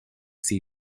sea